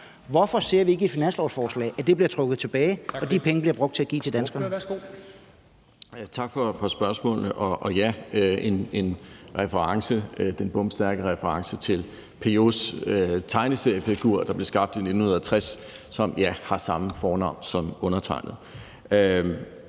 Hvorfor ser vi ikke i finanslovsforslaget, at det bliver trukket tilbage og de penge bliver brugt til at give til danskerne?